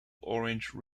orange